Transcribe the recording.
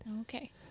okay